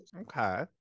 Okay